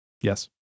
Yes